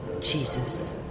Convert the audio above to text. Jesus